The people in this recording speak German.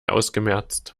ausgemerzt